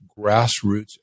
grassroots